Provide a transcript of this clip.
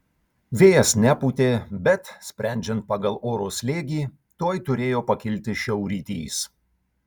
vėjas nepūtė bet sprendžiant pagal oro slėgį tuoj turėjo pakilti šiaurrytys